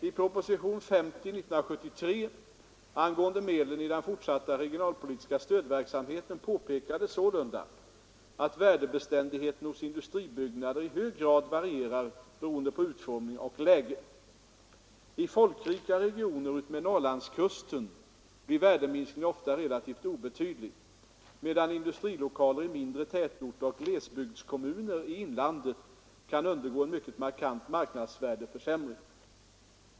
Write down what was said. I propositionen angående medlen i den fortsatta regionalpolitiska stödverksamheten påpekades sålunda att värdebeständigheten hos industribyggnader i hög grad varierar beroende på utformning och läge. I folkrika regioner utmed Norrlandskusten blir värdeminskningen ofta relativt obetydlig, medan industrilokaler i mindre tätorter och glesbygdskommuner i inlandet kan undergå en mycket markant marknadsvärdeförsämring.